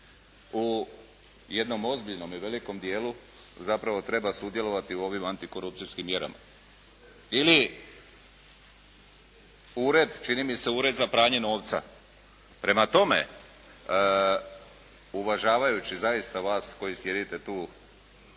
u jednom ozbiljnom i velikom dijelu zapravo treba sudjelovati u ovim antikorupcijskim mjerama. Ili čini mi se Ured za pranje novca. Prema tome, uvažavajući zaista vas koji sjedite tu državne